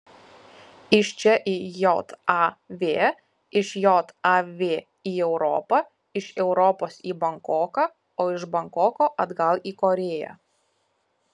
iš čia į jav iš jav į europą iš europos į bankoką o iš bankoko atgal į korėją